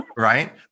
Right